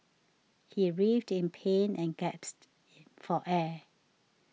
he writhed in pain and gasped for air